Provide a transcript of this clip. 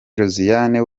josiane